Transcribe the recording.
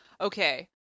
okay